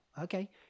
okay